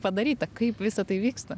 padaryta kaip visa tai vyksta